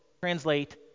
translate